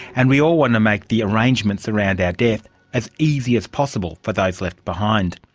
and we all want to make the arrangements around our death as easy as possible for those left behind.